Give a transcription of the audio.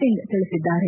ಸಿಂಗ್ ತಿಳಿಸಿದ್ದಾರೆ